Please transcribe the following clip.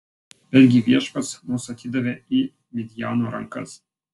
betgi viešpats mus atidavė į midjano rankas